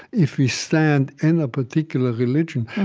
if we stand in a particular religion,